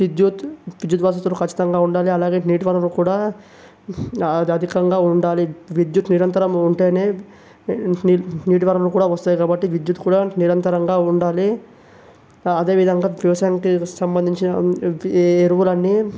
విద్యుత్ విద్యుత్ వసతులు కచ్చితంగా ఉండాలి అలాగే నీటి వనరులు కూడా అధికంగా ఉండాలి విద్యుత్ నిరంతరం ఉంటేనే నీటి వనరులు కూడా వస్తాయి కాబట్టి విద్యుత్ నిరంతరంగా ఉండాలి అదేవిధంగా వ్యవసాయంకి సంబంధించిన ప్రతి ఎరువులన్నీ